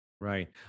right